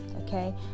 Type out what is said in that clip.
okay